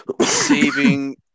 saving